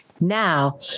Now